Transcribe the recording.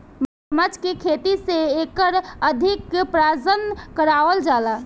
मगरमच्छ के खेती से एकर अधिक प्रजनन करावल जाला